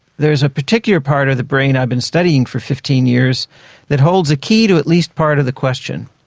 there's a particular part of the brain i've been studying for fifteen years that holds a key to at least part of the question.